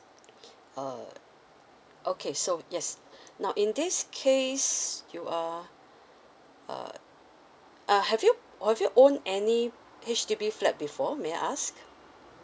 uh okay so yes now in this case you are uh uh have you have you own any H_D_B flat before may I ask